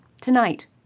tonight